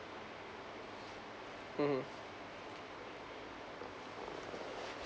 mmhmm